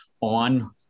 on